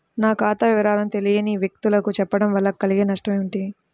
నా ఖాతా వివరాలను తెలియని వ్యక్తులకు చెప్పడం వల్ల కలిగే నష్టమేంటి?